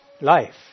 life